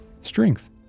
Strength